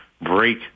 break